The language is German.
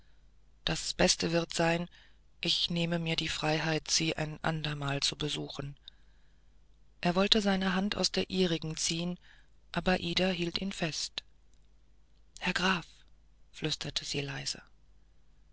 das beste wird sein ich nehme mir die freiheit sie ein ander mal zu besuchen er wollte seine hand aus der ihrigen ziehen aber ida hielt ihn fest herr graf flüsterte sie leise